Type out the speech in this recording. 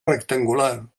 rectangular